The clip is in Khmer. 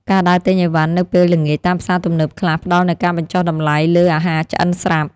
ការដើរទិញឥវ៉ាន់នៅពេលល្ងាចតាមផ្សារទំនើបខ្លះផ្ដល់នូវការបញ្ចុះតម្លៃលើអាហារឆ្អិនស្រាប់។